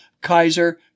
Kaiser